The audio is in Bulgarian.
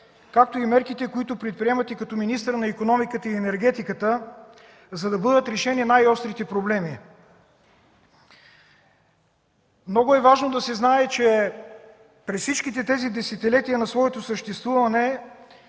както и мерките, които предприемате като министър на икономиката и енергетиката, за да бъдат решени най-острите проблеми. Много е важно да се знае, че през всичките десетилетия на своето съществуване